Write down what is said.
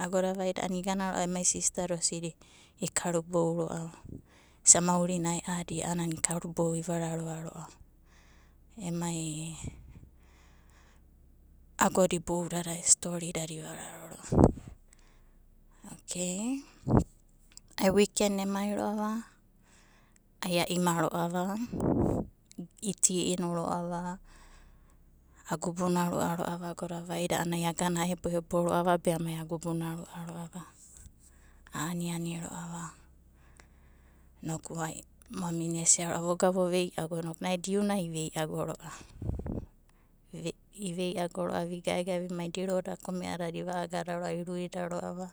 Agoda vaida a'anai iao em sista da osidi ikarubou ro'ava. Maurina ae'adi a'anana ikarubou ivararo ro'ava. Okai ai wiken na emai ro'ava ai a'ima ro'ava, iti inu ro'ava agubuna rua ro'ava vaida a'ananai agana aeboebo ro'ava, be amai agubuna rua ro'ava. A aniani ro'ava ai mamina esia ro'ava voga vo veiago inoku naida iunai iveiago ro'ava vigaegae vimai diroda kome'adada iva agada ro'ava.